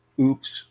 Oops